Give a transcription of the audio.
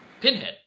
Pinhead